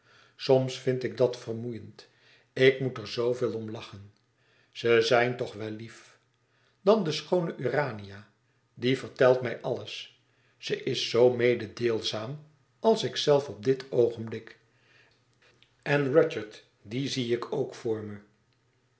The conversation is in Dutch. soms vind ik dat vermoeiend ik moet er zooveel om lachen ze zijn toch wel lief dan de schoone urania die vertelt mij alles ze is zoo mededeelzaam als ikzelf op dit oogenblik en rudyard dien zie ik ook voor me